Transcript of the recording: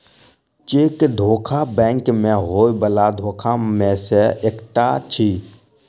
cheque धोखा bank मे होयबला धोखा मे सॅ एकटा अछि